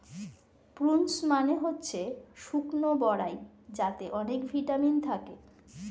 prunes মানে হচ্ছে শুকনো বরাই যাতে অনেক ভিটামিন থাকে